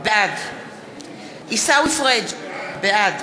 בעד עיסאווי פריג' בעד